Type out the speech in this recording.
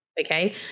Okay